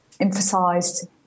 emphasized